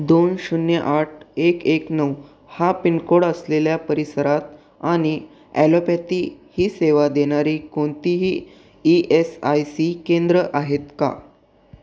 दोन शून्य आठ एक नऊ हा पिन कोड असलेल्या परिसरात आणि ॲलोपॅथी ही सेवा देणारी कोणतीही ई एस आय सी केंद्रं आहेत का